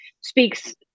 speaks